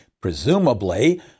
presumably